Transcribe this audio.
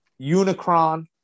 Unicron